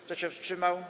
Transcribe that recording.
Kto się wstrzymał?